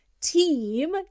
team